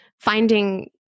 finding